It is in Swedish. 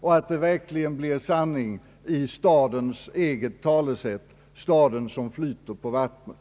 Då blir det verkligen sanning i stadens eget talesätt: »Staden som flyter på vattnet.»